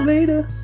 Later